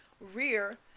rear